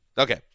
Okay